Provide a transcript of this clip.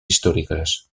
històriques